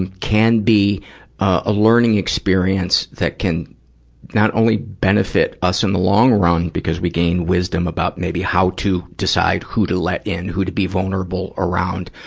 and can be a learning experience that can not only benefit us in the long run because we gain wisdom about maybe how to decide who to let in, who to be vulnerable around,